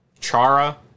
Chara